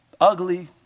Ugly